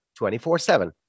24-7